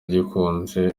gikunze